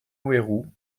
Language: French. houerou